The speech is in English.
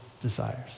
desires